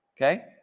okay